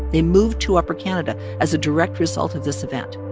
they moved to upper canada as a direct result of this event